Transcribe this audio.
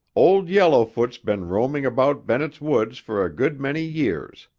old yellowfoot's been roaming about bennett's woods for a good many years.